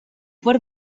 per